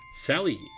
Sally